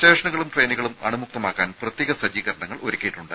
സ്റ്റേഷനുകളും ട്രെയിനുകളും അണുമുക്തമാക്കാൻ പ്രത്യേക സജ്ജീകരണങ്ങൾ ഒരുക്കിയിട്ടുണ്ട്